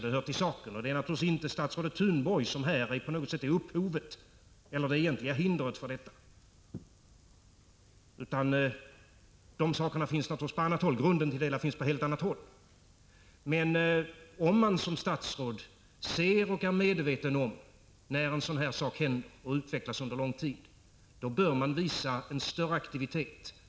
Det hör till saken, och naturligtvis är inte statsrådet Thunborg på något sätt upphovet eller det egentliga hindret, utan grunden för det hela finns på annat håll. Men om man som statsråd ser och är medveten om att en sådan här sak händer och utvecklas under lång tid, bör man visa en större aktivitet.